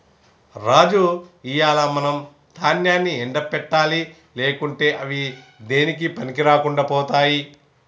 రాజు ఇయ్యాల మనం దాన్యాన్ని ఎండ పెట్టాలి లేకుంటే అవి దేనికీ పనికిరాకుండా పోతాయి